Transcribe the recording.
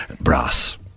brass